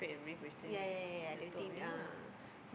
ya ya ya ya they will think ah